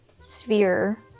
sphere